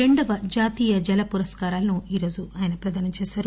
రెండవ జాతీయ జల పురస్కారాలను ఈరోజు ఆయన ప్రధానం చేశారు